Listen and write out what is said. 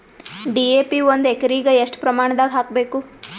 DAP ಒಂದು ಎಕರಿಗ ಎಷ್ಟ ಪ್ರಮಾಣದಾಗ ಹಾಕಬೇಕು?